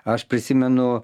aš prisimenu